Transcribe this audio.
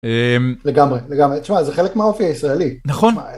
לגמרי לגמרי, תשמע, זה חלק מהאופי הישראלי.